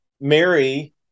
Mary